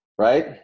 right